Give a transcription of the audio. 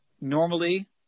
normally